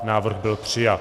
Návrh byl přijat.